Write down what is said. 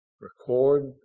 Record